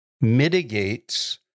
mitigates